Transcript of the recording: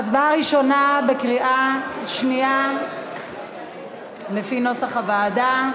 ההצבעה הראשונה היא בקריאה שנייה לפי נוסח הוועדה.